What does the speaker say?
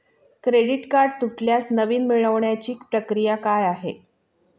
Credit card तुटल्यास नवीन मिळवण्याची प्रक्रिया काय आहे?